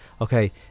okay